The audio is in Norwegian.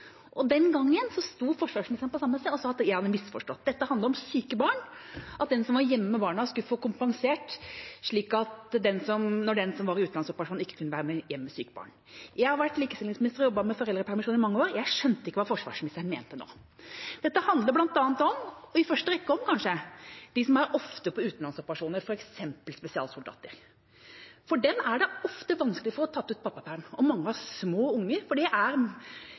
Den gangen sto forsvarsministeren på samme sted og sa at jeg hadde misforstått, at dette handlet om syke barn, og at den som var hjemme med barna, skulle bli kompensert når den som var med i utenlandsoperasjonen, ikke kunne være hjemme med sykt barn. Jeg har vært likestillingsminister og har jobbet med foreldrepermisjon i mange år, men jeg skjønte ikke hva forsvarsministeren mente nå. Dette handler i første rekke om de som er ofte ute på utenlandsoperasjoner, f.eks. spesialsoldater. For dem er det ofte vanskelig å få tatt ut pappaperm. Mange av dem har små barn, for mange av de kanskje beste soldatene er